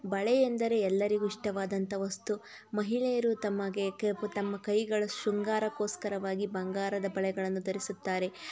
ಬಳೆಯೆಂದರೆ ಎಲ್ಲರಿಗೂ ಇಷ್ಟವಾದಂಥ ವಸ್ತು ಮಹಿಳೆಯರು ತಮಗೆ ತಮ್ಮ ಕೈಗಳ ಶೃಂಗಾರಕ್ಕೋಸ್ಕರವಾಗಿ ಬಂಗಾರದ ಬಳೆಗಳನ್ನು ಧರಿಸುತ್ತಾರೆ